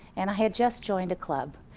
and i had just joined a club.